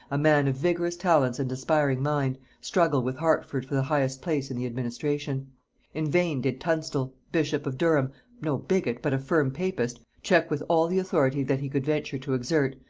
a man of vigorous talents and aspiring mind, struggle with hertford for the highest place in the administration in vain did tunstal bishop of durham no bigot, but a firm papist check with all the authority that he could venture to exert,